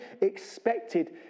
expected